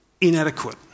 inadequate